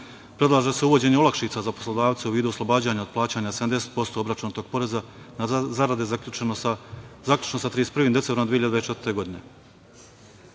predlaže se uvođenje olakšice za poslodavca u vidu oslobađanja od plaćanja 70% obračunatog poreza na zarade zaključno sa 31. decembrom 2024. godine. Razlog